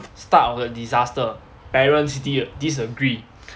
start of the disaster parents di~ disagree